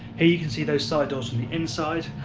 here you can see those side doors from the inside,